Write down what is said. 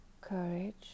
courage